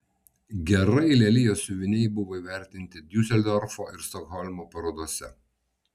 gerai lelijos siuviniai buvo įvertinti diuseldorfo ir stokholmo parodose